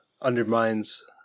undermines